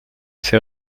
ses